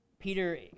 Peter